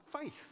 faith